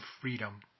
freedom